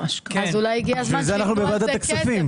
אז אולי הגיע הזמן שיתנו על זה כסף.